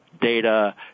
data